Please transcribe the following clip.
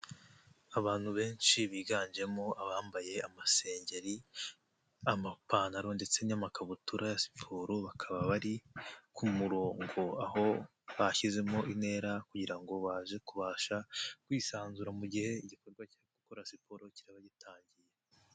Abantu benshi biganjemo abambaye amasengeri, amapantaro ndetse n'amakabutura ya siporo, bakaba bari ku murongo, aho bashyizemo intera kugira ngo baze kubasha kwisanzura mu gihe igikorwa cyo gukora siporo kiraba gitangiye.